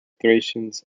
thracians